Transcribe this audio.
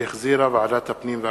שהחזירה ועדת החינוך,